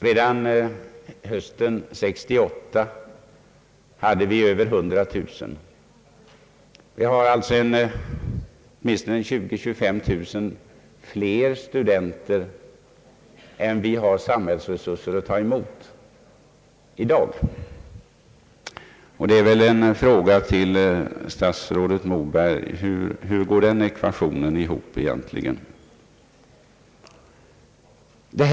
Redan hösten 1968 hade vi över 100 000. Vi har alltså 20 000— 25 000 fler studenter än vi i dag har samhällsresurser att ta emot. Jag vill fråga statsrådet Moberg: Hur går den ekvationen egentligen ihop?